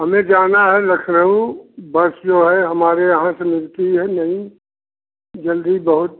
हमें जाना है लखनऊ बस जो है हमारे यहाँ से निकली है नहीं जल्दी बहुत